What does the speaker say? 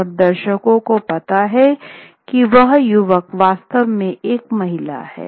और दर्शकों को पता है कि वह युवक वास्तव में एक महिला है